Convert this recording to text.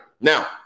now